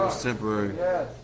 Temporary